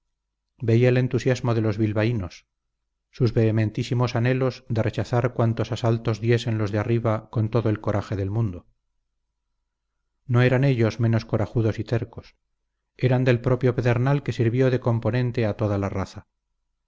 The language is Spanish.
veía el entusiasmo de los bilbaínos sus vehementísimos anhelos de rechazar cuantos asaltos diesen los de arriba con todo el coraje del mundo no eran ellos menos corajudos y tercos eran del propio pedernal que sirvió de componente a toda la raza